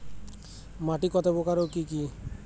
মাটি কত প্রকার ও কি কি?